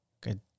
Good